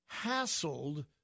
hassled